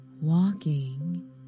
walking